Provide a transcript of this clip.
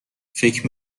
فکر